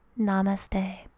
Namaste